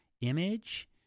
image